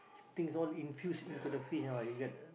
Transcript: things all infused into the fish ah you get the